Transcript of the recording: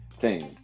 team